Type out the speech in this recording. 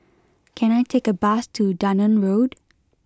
can I take a bus to Dunearn Road